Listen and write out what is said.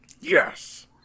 yes